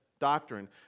doctrine